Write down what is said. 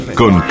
con